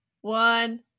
one